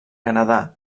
canadà